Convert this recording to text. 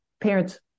parents